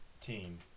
...team